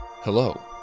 hello